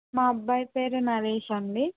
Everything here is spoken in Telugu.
మా అబ్బాయి పేరు నరేష్ అండి